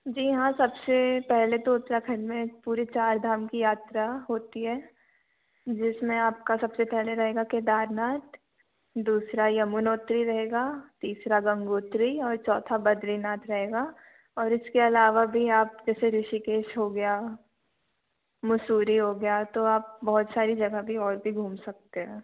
जी हाँ सबसे पहले तो उत्तराखंड में पूरे चार धाम की यात्रा होती है जिसमें आपका सबसे पहले रहेगा केदारनाथ दूसरा यमुनोत्री रहेगा तीसरा गंगोत्री और चौथा बद्रीनाथ रहेगा और इसके अलावा भी आप जैसे ऋषिकेश हो गया मसूरी हो गया तो आप बहुत सारी जगह भी और भी घूम सकते हैं